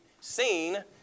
seen